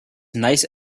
nice